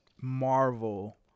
Marvel